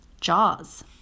jaws